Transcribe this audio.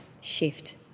shift